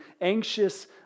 anxious